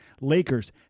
Lakers